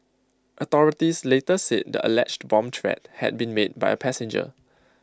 authorities later said the alleged bomb threat had been made by A passenger